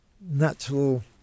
natural